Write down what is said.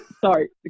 sorry